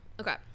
Okay